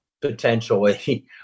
potentially